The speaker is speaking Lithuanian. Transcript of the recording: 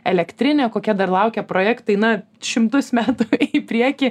elektrinę kokie dar laukia projektai na šimtus metų į priekį